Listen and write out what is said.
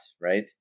right